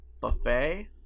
Buffet